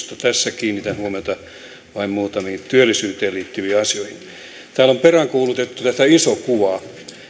tässä kiinnitän huomiota vain muutamiin työllisyyteen liittyviin asioihin täällä on peräänkuulutettu tätä isoa kuvaa